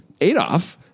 Adolf